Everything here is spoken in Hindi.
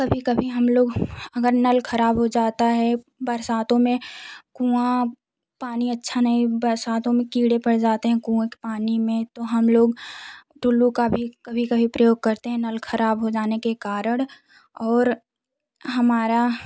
कभी कभी हम लोग अगर नल खराब हो जाता है बरसातों में कुआँ पानी अच्छा नहीं बरसातों में कीड़े पड़ जाते हैं कुएँ के पानी में तो हम लोग टुल्लों का भी कभी कभी प्रयोग करते हैं नल खराब हो जाने के कारण और हमारा